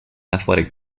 athletic